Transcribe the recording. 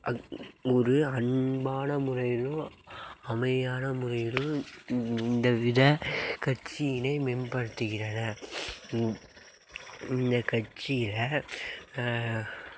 அக் ஒரு அன்பான முறையிலோ அமைதியான முறையிலும் இந்த வித கட்சியில் மேம்படுத்துகின்றனர் இந்த கட்சியை